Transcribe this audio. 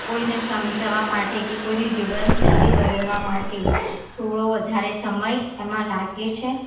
કોઈને સમજાવવા માટે કે કોઈની જીવનશૈલી બદલવા માટે થોડો વધારે સમય એમાં લાગે છે